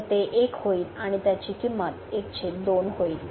तर ते 1 होईल आणि त्याची किंमत होईल